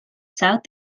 south